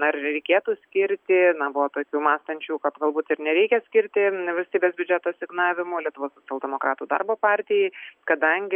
ar reikėtų skirti na buvo tokių mąstančių kad galbūt ir nereikia skirti valstybės biudžeto asignavimo lietuvos socialdemokratų darbo partijai kadangi